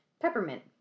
Peppermint